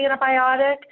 antibiotic